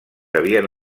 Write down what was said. havien